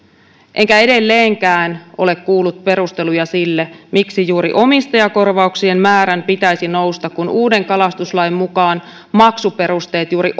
enkä edelleenkään ole kuullut perusteluja sille miksi juuri omistajakorvauksien määrän pitäisi nousta kun uuden kalastuslain mukaan maksuperusteet juuri